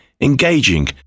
engaging